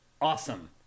awesome